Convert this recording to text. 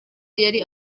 yari